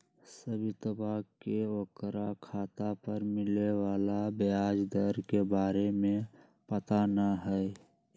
सवितवा के ओकरा खाता पर मिले वाला ब्याज दर के बारे में पता ना हई